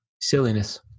Silliness